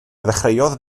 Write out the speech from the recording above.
ddechreuodd